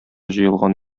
җыелган